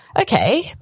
Okay